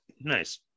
Nice